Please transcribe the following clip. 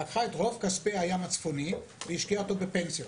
היא לקחה את רוב כספי הים הצפוני והשקיעה אותו בפנסיות.